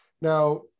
Now